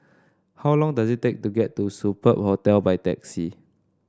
how long does it take to get to Superb Hostel by taxi